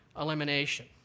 elimination